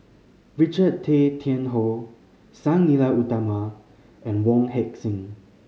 Richard Tay Tian Hoe Sang Nila Utama and Wong Heck Sing